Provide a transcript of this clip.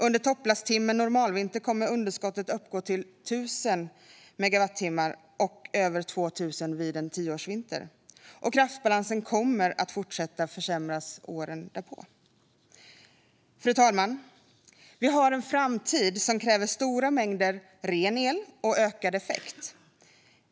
Under topplasttimmen en normalvinter kommer underskottet att uppgå till 1 000 megawatt och över 2 000 vid en tioårsvinter. Kraftbalansen kommer att fortsätta att försämras åren därpå. Fru talman! Vi har en framtid som kräver stora mängder ren el och ökad effekt.